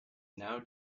now